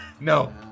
No